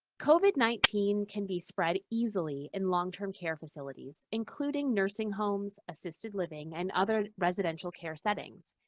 covid nineteen can be spread easily in long-term care facilities, including nursing homes, assisted living, and other residential care settings,